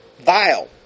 Vile